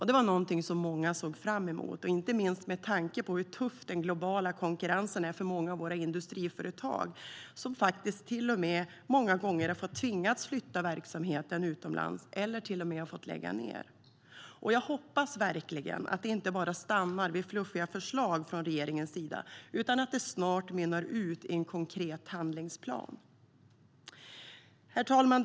Det var något som många såg fram emot, inte minst med tanke på hur tuff den globala konkurrensen är för många av våra industriföretag, som faktiskt många gånger har tvingats flytta verksamheten utomlands eller till och med fått lägga ned. Jag hoppas verkligen att det inte bara stannar vid fluffiga förslag från regeringens sida utan att det snart mynnar ut i en konkret handlingsplan. Herr talman!